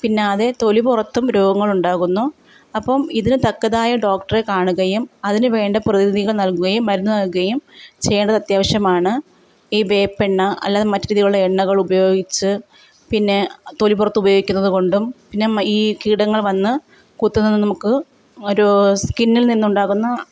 പിന്നെ അതേ തൊലി പുറത്തും രോഗങ്ങളുണ്ടാകുന്നു അപ്പോൾ ഇതിനു തക്കതായ ഡോക്ടറെ കാണുകയും അതിന് വേണ്ട പ്രതിവിധികള് നല്കുകയും മരുന്ന് നല്കുകയും ചെയ്യേണ്ടത് അത്യാവശ്യമാണ് ഈ വേപ്പെണ്ണ അല്ലാതെ മറ്റു രീതിയിലുള്ള എണ്ണകള് ഉപയോഗിച്ച് പിന്നെ തൊലി പുറത്ത് ഉപയോഗിക്കുന്നത് കൊണ്ടും പിന്നെ ഈ കീടങ്ങള് വന്ന് കുത്തുന്നതും നമുക്ക് ഒരു സ്കിന്നില് നിന്നുണ്ടാകുന്ന